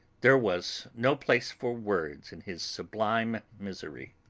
there was no place for words in his sublime misery.